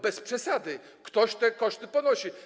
Bez przesady, ktoś te koszty ponosi.